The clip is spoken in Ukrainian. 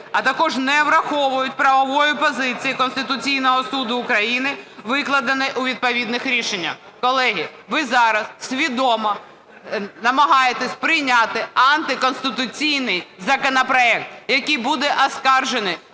а також не враховують правової позиції Конституційного Суду України, викладеної у відповідних рішеннях. Колеги, ви зараз свідомо намагаєтесь прийняти антиконституційний законопроект, який буде оскаржений